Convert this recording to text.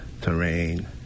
Terrain